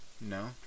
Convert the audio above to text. no